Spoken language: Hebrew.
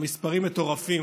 המספרים מטורפים.